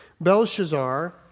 Belshazzar